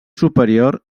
superior